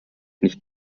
nicht